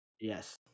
Yes